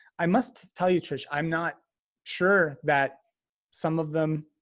i must tell you, trish, i'm not sure that some of them,